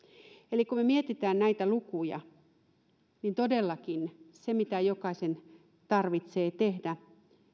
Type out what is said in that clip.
eli kun me mietimme näitä lukuja niin todellakin se mitä jokaisen tarvitsee tehdä